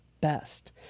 best